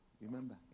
remember